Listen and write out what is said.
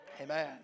Amen